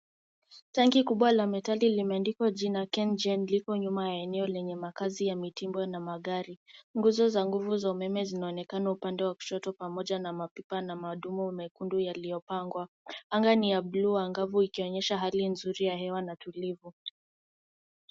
Tanki kubwa la metali limeandikwa jina KenGen liko nyuma ya eneo lenye makazi ya mitambo na magari. Nguzo za nguvu za umeme zinaonekana upande wa kushoto pamoja na mapipa na madumu mekundu yaliyopangwa. Anga ni ya blue angavu ikionyesha hali nzuri ya hewa na tulivu.